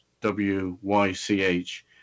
W-Y-C-H